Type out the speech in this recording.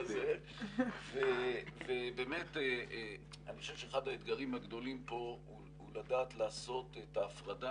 אני חושב שאחד האתגרים הגדולים פה הוא לדעת לעשות את ההפרדה